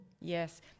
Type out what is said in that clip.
Yes